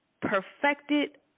perfected